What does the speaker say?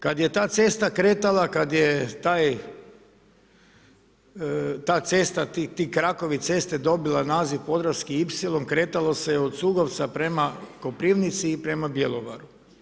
Kada je ta cesta kretala, kada je ta cesta, ti krakovi ceste dobila naziv Podravski ipsilon kretalo se od Cugovca prema Koprivnici i prema Bjelovaru.